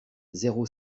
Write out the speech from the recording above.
zéro